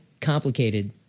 complicated